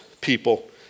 people